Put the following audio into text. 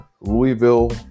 Louisville